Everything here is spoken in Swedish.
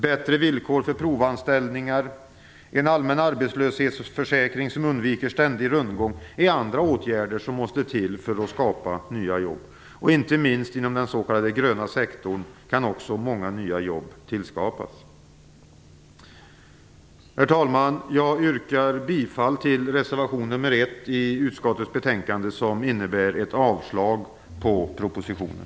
Bättre villkor för provanställningar och en allmän arbetslöshetsförsäkring som undviker ständig rundgång är andra åtgärder som måste till för att skapa nya jobb. Inte minst inom den s.k. gröna sektorn kan många nya jobb tillskapas. Herr talman! Jag yrkar bifall till reservation nr 1 till utskottets betänkande som innebär ett avslag på propositionen.